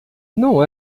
não